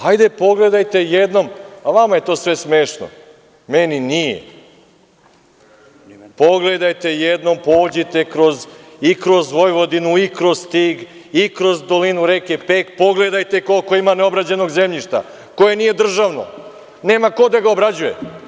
Hajde pogledajte jednom, a vama je to sve smešno, meni nije, pogledajte jednom, pođite i kroz Vojvodinu i kroz Stig i kroz dolinu reke Pek, pogledajte koliko ima neobrađenog zemljišta koje nije državno, nema ko da ga obrađuje.